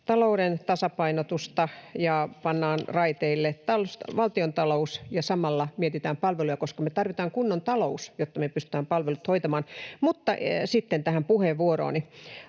talouden tasapainotusta ja pannaan raiteille valtiontalous ja samalla mietitään palveluja, koska me tarvitaan kunnon talous, jotta me pystytään palvelut hoitamaan. Mutta sitten tähän puheenvuorooni.